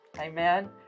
Amen